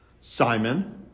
Simon